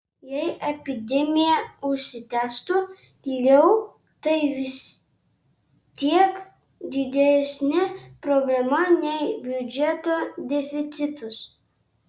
jei epidemija užsitęstų ilgiau tai vis tiek didesnė problema nei biudžeto deficitas